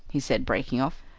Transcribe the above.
he said breaking off.